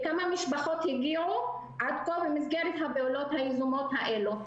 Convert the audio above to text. לכמה משפחות הגיעו עד כה במסגרת הפעולות היזומות האלה?